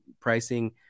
pricing